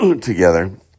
together